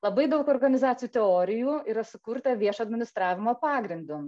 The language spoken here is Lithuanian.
labai daug organizacijų teorijų yra sukurta viešo administravimo pagrindu